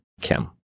Kim